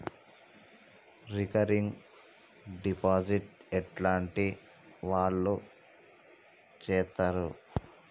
Recurring deposit ఎట్లాంటి వాళ్లు చేత్తరు?